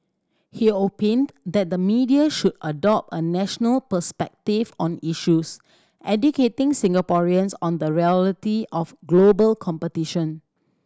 he opined that the media should adopt a national perspective on issues educating Singaporeans on the reality of global competition